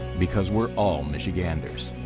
because we're all michiganders.